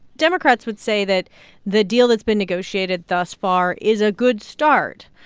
democrats would say that the deal that's been negotiated thus far is a good start.